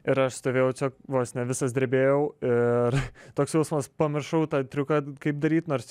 ir aš stovėjau vos ne visas drebėjau ir toks jausmas pamiršau tą triuką kaip daryt nors